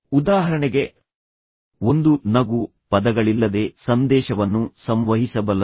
ಉದಾಹರಣೆಗೆ ಒಂದು ನಗು ಪದಗಳಿಲ್ಲದೆ ಸಂದೇಶವನ್ನು ಸಂವಹಿಸಬಲ್ಲದು